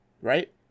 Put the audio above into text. right